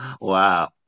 Wow